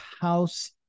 house